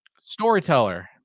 Storyteller